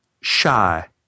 shy